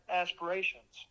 aspirations